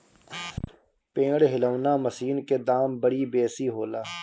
पेड़ हिलौना मशीन के दाम बड़ी बेसी होला